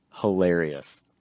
Hilarious